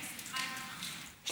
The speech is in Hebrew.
יש לי שיחה איתך, צפופה.